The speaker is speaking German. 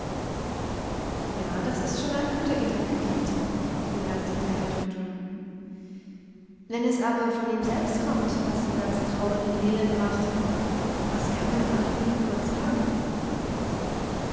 ja das ist schon ein guter gedanke kind bemerkte der herr doktor wenn es aber von ihm selbst kommt was so ganz traurig und elend macht was kann man da dem lieben gott sagen